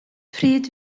pryd